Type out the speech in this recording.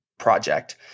Project